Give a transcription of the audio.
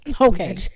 okay